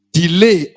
delay